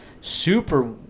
super